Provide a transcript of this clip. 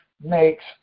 makes